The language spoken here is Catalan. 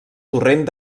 torrent